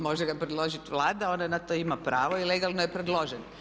Može ga predložiti Vlada, ona na to ima pravo i legalno je predložen.